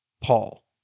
Paul